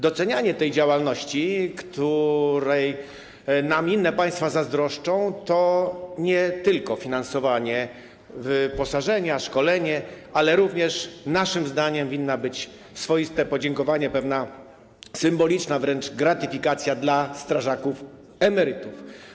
Docenianie tej działalności, której nam inne państwa zazdroszczą, to nie tylko finansowanie wyposażenia, szkolenia, ale również naszym zdaniem to winno być swoiste podziękowanie, pewna symboliczna wręcz gratyfikacja dla strażaków emerytów.